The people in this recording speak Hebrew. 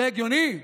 זה הגיוני?